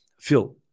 phil